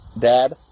dad